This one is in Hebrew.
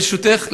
ברשותך,